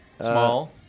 Small